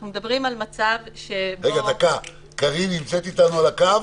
אנחנו מדברים על מצב שבו --- קארין נמצאת איתנו על הקו?